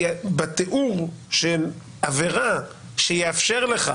כי בתיאור של עבירה שיאפשר לך